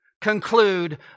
conclude